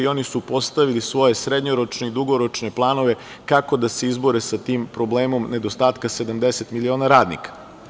Oni su postavili svoje srednjoročne i dugoročne planove kako da se izbore sa tim problemom nedostatka 70 miliona radnika.